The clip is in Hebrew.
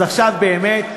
אז עכשיו באמת,